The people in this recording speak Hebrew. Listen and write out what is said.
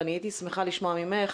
ואני הייתי שמחה לשמוע ממך